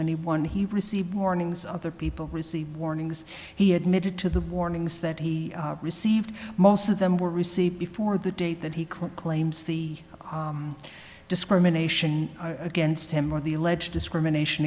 anyone he received mornings other people receive warnings he admitted to the warnings that he received most of them were received before the date that he claims the discrimination against him or the alleged discrimination